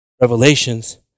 revelations